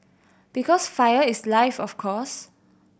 because fire is life of course